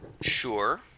sure